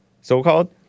so-called